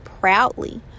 proudly